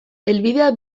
helbidea